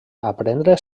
aprendre